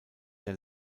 der